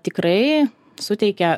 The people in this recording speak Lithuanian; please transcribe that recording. tikrai suteikia